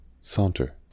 saunter